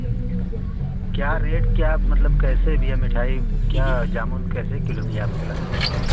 क्या रेट क्या मतलब कैसे भैया मिठाई क्या जामुन कैसे किलो भैया आपके यहाँ